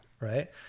Right